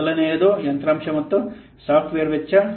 ಮೊದಲನೆಯದು ಯಂತ್ರಾಂಶ ಮತ್ತು ಸಾಫ್ಟ್ವೇರ್ ವೆಚ್ಚ